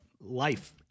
life